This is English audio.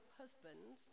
husband